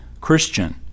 Christian